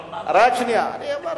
חולבים?